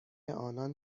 آنان